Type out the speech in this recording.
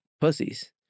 pussies